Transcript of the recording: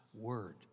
Word